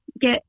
get